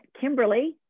Kimberly